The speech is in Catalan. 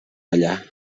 olla